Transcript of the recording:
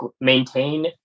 maintain